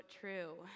true